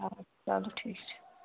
اَدٕ سا چلو ٹھیٖک چھُ